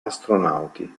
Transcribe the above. astronauti